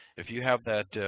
if you have that